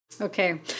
okay